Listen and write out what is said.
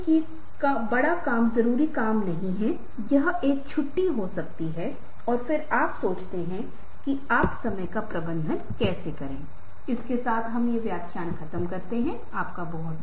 तो आप पाते हैं कि जैसा कि मैंने आपको बताया कि यह प्रस्तुति दो भागों में विभाजित है इसलिए गैर मौखिक बॉडी लैंग्वेज कंपोनेंट और साथ ही विजुअल कंपोनेंट जो पहले से ही थोड़ा विस्तृत हो चुका है वे चीजें होंगी जिन्हें अगले सत्र में लिया जाएगा